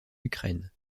ukraine